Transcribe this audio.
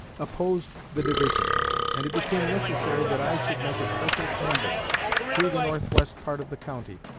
opposed the division and it became necessary that i should make a special canvass through the northwest part of the county,